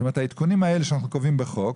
העדכונים האלה שאנחנו קובעים בחוק,